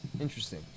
interesting